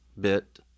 bit